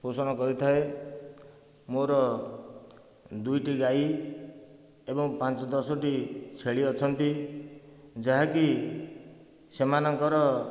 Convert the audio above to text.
ପୋଷଣ କରିଥାଏ ମୋର ଦୁଇଟି ଗାଈ ଏବଂ ପାଞ୍ଚ ଦଶଟି ଛେଳି ଅଛନ୍ତି ଯାହାକି ସେମାନଙ୍କର